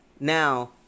Now